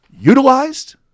utilized